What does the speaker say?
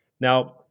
Now